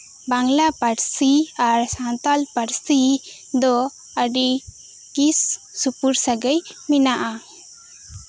ᱵᱟᱝᱞᱟ ᱯᱟᱹᱨᱥᱤ ᱟᱨ ᱥᱟᱱᱛᱟᱞᱤ ᱯᱟᱹᱨᱥᱤ ᱫᱚ ᱟᱹᱰᱤ ᱜᱮ ᱥᱩᱯᱩᱨ ᱥᱟᱹᱜᱟᱹᱭ ᱢᱮᱱᱟᱜᱼᱟ